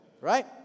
Right